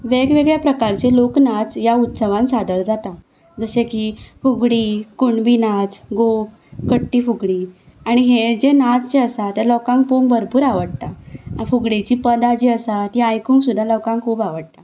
वेग वेगळ्या प्रकारचे लोकनाच ह्या उत्सवान सादर जातात जशें की फुगडी कुणबी नाच गोफ कट्टी फुगडी आनी हे जे नाच जे आसा ते लोकांक पोवंक भरपूर आवडटा फुगडीचीं पदां जीं आसा तीं आयकूंक सुद्दां लोकांक खूब आवडटा